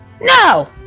no